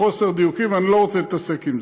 בחוסר הדיוקים, ואני לא רוצה להתעסק בזה.